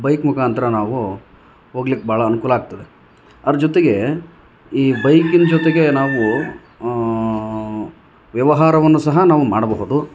bike ಮುಖಾಂತರ ನಾವು ಹೋಗ್ಲಿಕ್ ಭಾಳ ಅನುಕೂಲ ಆಗ್ತದೆ ಅದ್ರ ಜೊತೆಗೆ ಈ ಬೈಕಿನ ಜೊತೆಗೆ ನಾವು ವ್ಯವಹಾರವನ್ನು ಸಹ ನಾವು ಮಾಡಬಹುದು